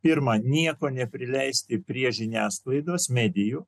pirma nieko neprileisti prie žiniasklaidos medijų